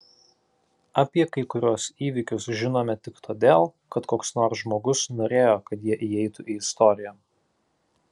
apie kai kuriuos įvykius žinome tik todėl kad koks nors žmogus norėjo kad jie įeitų į istoriją